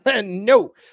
no